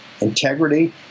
integrity